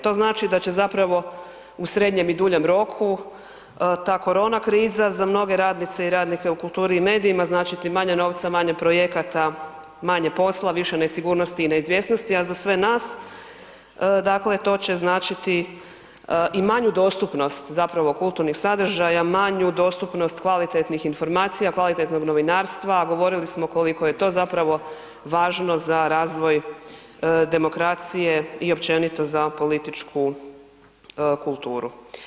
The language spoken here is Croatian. To znači da će zapravo u srednjem i duljem roku ta korona kriza za mnoga radnice i radnike u kulturi i medijima značiti manje novca, manje projekata, manje posla više nesigurnosti i neizvjesnosti, a za sve nas dakle to će značiti i manju dostupnost zapravo kulturnih sadržaja, manju dostupnost kvalitetnih informacija, kvalitetnog novinarstva govorili smo koliko je to zapravo važno za razvoj demokracije i općenito za politiku kulturu.